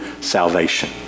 salvation